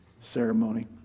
ceremony